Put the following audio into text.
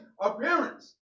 appearance